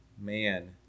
man